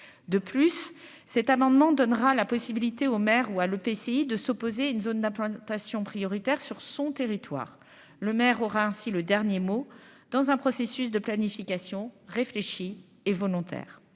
de plus cet amendement donnera la possibilité au maire ou à l'EPCI de s'opposer une zone d'implantation prioritaire sur son territoire, le maire aura ainsi le dernier mot dans un processus de planification réfléchie et volontaire,